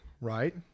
right